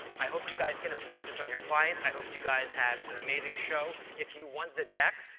i hope you guys can impart this on your clients. i hope you guys have an amazing show. if you want the deck,